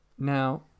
Now